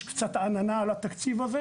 יש קצת עננה על התקציב הזה,